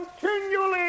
continually